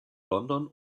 london